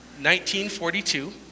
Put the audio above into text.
1942